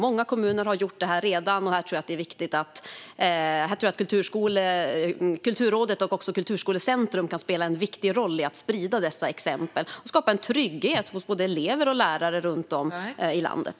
Många kommuner har gjort det här redan, och jag tror att Kulturrådet och Kulturskolecentrum kan spela en viktig roll i att sprida dessa exempel och skapa en trygghet hos både elever och lärare runt om i landet.